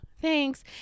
thanks